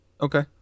Okay